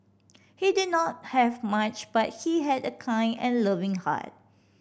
he did not have much but he had a kind and loving heart